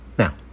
Now